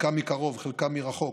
חלקם מקרוב, חלקם מרחוק,